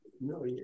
No